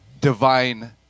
divine